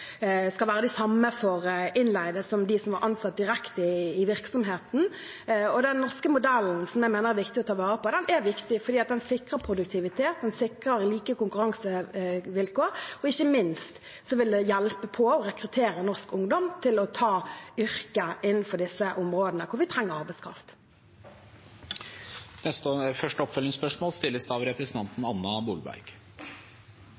skal være de samme for innleide som de som er ansatt direkte i virksomheten. Den norske modellen, som jeg mener det er viktig å ta vare på, er viktig fordi den sikrer produktivitet, den sikrer like konkurransevilkår, og ikke minst vil det hjelpe på å rekruttere norsk ungdom til å ta yrke innenfor disse områdene, hvor vi trenger arbeidskraft. Anna Molberg – til oppfølgingsspørsmål. En juridisk vurdering levert i høringsrunden fra et av